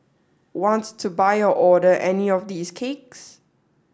want to buy or order any of these cakes